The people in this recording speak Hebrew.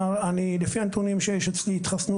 לפי הנתונים שיש אצלי, התחסנו